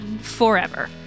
forever